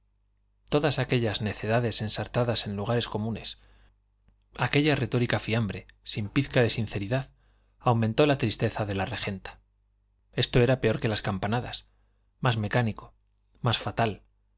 todas aquellas necedades ensartadas en lugares comunes aquella retórica fiambre sin pizca de sinceridad aumentó la tristeza de la regenta esto era peor que las campanas más mecánico más fatal